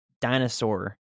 dinosaur